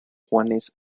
juanes